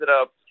up